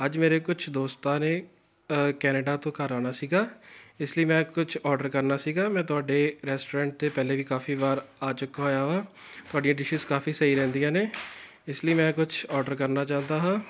ਅੱਜ ਮੇਰੇ ਕੁਛ ਦੋਸਤਾਂ ਨੇ ਕੈਨੇਡਾ ਤੋਂ ਘਰ ਆਉਣਾ ਸੀਗਾ ਇਸ ਲਈ ਮੈਂ ਕੁਛ ਔਡਰ ਕਰਨਾ ਸੀਗਾ ਮੈਂ ਤੁਹਾਡੇ ਰੈਸਟੋਰੈਂਟ 'ਤੇ ਪਹਿਲੇ ਵੀ ਕਾਫੀ ਵਾਰ ਆ ਚੁੱਕਾ ਹੋਇਆ ਵਾ ਤੁਹਾਡੀਆਂ ਡਿਸ਼ਿਸ ਕਾਫੀ ਸਹੀ ਰਹਿੰਦੀਆਂ ਨੇ ਇਸ ਲਈ ਮੈਂ ਕੁਛ ਔਡਰ ਕਰਨਾ ਚਾਹੁੰਦਾ ਹਾਂ